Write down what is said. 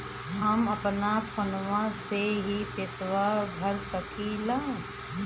हम अपना फोनवा से ही पेसवा भर सकी ला?